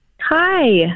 Hi